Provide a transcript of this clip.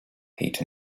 heat